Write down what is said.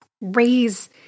raise